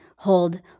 Hold